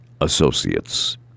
associates